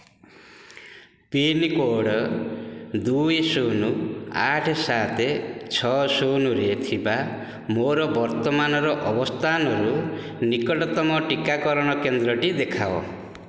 pincode ଦୁଇ ଶୂନ ଆଠ ସାତ ଛଅ ଶୂନ ଥିବା ମୋର ବର୍ତ୍ତମାନର ଅବସ୍ଥାନରୁ ନିକଟତମ ଟିକାକରଣ କେନ୍ଦ୍ରଟି ଦେଖାଅ